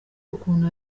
ukuntu